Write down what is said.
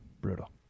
brutal